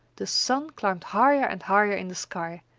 the sun climbed higher and higher in the sky,